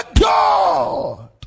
god